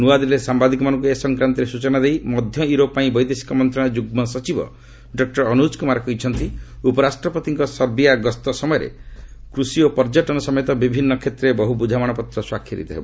ନ୍ତଆଦିଲ୍ଲୀରେ ସାମ୍ଭାଦିକମାନଙ୍କୁ ଏ ସଂକ୍ରାନ୍ତରେ ସୂଚନା ଦେଇ ମଧ୍ୟ ୟୁରୋପ୍ ପାଇଁ ବୈଦେଶିକ ମନ୍ତ୍ରଣାଳୟର ଯୁଗ୍କ ସଚିବ ଡକ୍ଟର ଅନୁଜ୍ କୁମାର କହିଛନ୍ତି ଉପରାଷ୍ଟ୍ରପତିଙ୍କର ସର୍ବିଆ ଗସ୍ତ ସମୟରେ କୃଷି ଓ ପର୍ଯ୍ୟଟନ ସମେତ ବିଭିନ୍ନ କ୍ଷେତ୍ରରେ ବହୁ ବୁଝାମଣାପତ୍ର ସ୍ୱାକ୍ଷରିତ ହେବ